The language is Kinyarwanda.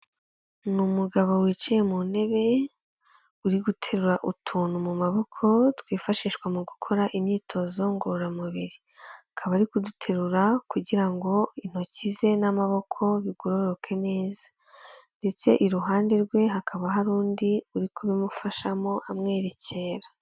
Ni umugabo wicaye mu ntebe uri guterura utuntu mu maboko twifashishwa mu gukora imyitozo ngororamubiri akaba ari kuduterura kugira ngo intoki ze n'amaboko bigororoke neza ndetse iruhande rwe hakaba hari undi uri kubimufashamo amwerekera.